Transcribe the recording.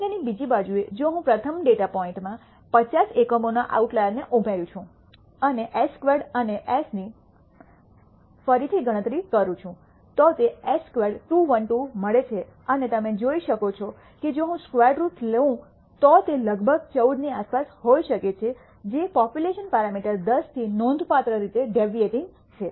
પ્રશ્નની બીજી બાજુએ જો હું પ્રથમ ડેટા પોઇન્ટમાં 50 એકમોના આઉટલાયર ને ઉમેરું છું અને એસ સ્ક્વેર્ડ અને એસ ની ફરીથી ગણતરી કરું છું તો તે એસ સ્ક્વેર્ડ 212 મળે છે અને તમે જોઈ શકો છો કે જો હું સ્ક્વેર રૂટ લે તો તે લગભગ 14 ની આસપાસ હોઈ શકે જે પોપ્યુલેશન પેરામીટર 10 થી નોંધપાત્ર રીતે ડેવીએટિંગ છે